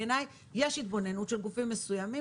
בעיניי יש התבוננות של גופים מסוימים,